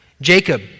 Jacob